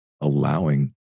allowing